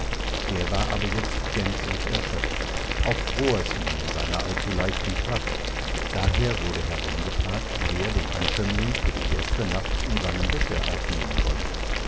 der war aber jetzt gänzlich erschöpft auch fror es ihn in seiner allzu leichten tracht daher wurde herumgefragt wer den ankömmling für die erste nacht in seinem bette aufnehmen wolle